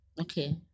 Okay